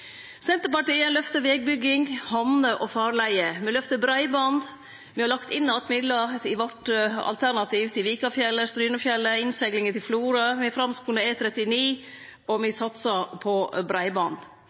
Senterpartiet løftar vegbygging, hamner og farleier. Me løftar breiband. Me har i vårt alternativ lagt inn att midlar til Vikafjell, Strynefjellet og innseglinga til Florø. Me framskundar E39, og